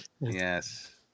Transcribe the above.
Yes